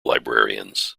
librarians